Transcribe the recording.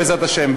בעזרת השם.